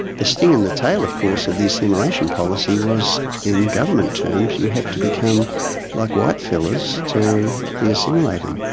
the sting in the tail of course of the assimilation policy was in government terms you had to become like white fellas to be assimilated.